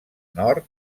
nord